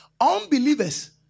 Unbelievers